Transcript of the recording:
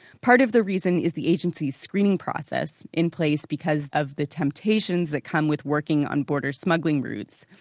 part of the reason is the agency's screening process, in place because of the temptations that come with working on border smuggling routes.